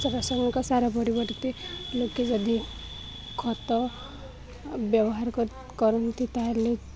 ରାସାୟନିକ ସାରା ପରିବର୍ତ୍ତେ ଲୋକେ ଯଦି ଖତ ବ୍ୟବହାର କରନ୍ତି ତାହେଲେ